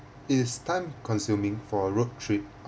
it's time consuming for a road trip